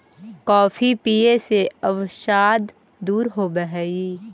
coffee पीये से अवसाद दूर होब हई